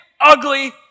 ugly